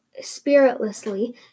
spiritlessly